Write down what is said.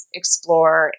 explore